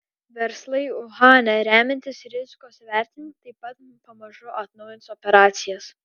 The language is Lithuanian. verslai uhane remiantis rizikos vertinimu taip pat pamažu atnaujins operacijas